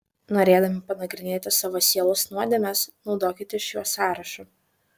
norėdami panagrinėti savo sielos nuodėmes naudokitės šiuo sąrašu